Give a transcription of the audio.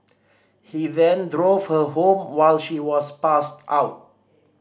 he then drove her home while she was passed out